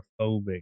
claustrophobic